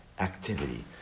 activity